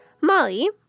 Molly